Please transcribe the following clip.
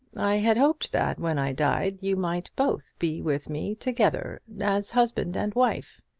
i had hoped that when i died you might both be with me together as husband and wife.